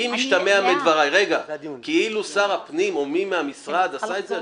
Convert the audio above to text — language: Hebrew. אם השתמע מדבריי כאילו שר הפנים או מי מהמשרד עשה את זה,